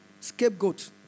scapegoat